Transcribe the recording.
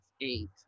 eight